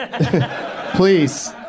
Please